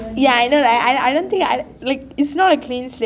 ya I know right it is not a clean slate